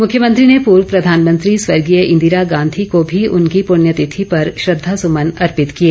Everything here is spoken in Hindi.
मुख्यमंत्री ने पूर्व प्रधानमंत्री स्वर्गीय इंदिरा गांधी को भी उनकी पुण्य तिथि पर श्रद्धासुमन अर्पित किए